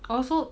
I also